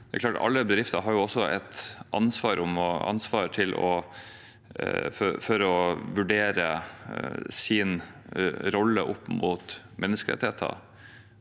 alle bedrifter har et ansvar for å vurdere sin rolle opp mot menneskerettighetene.